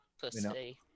Pussy